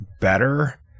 better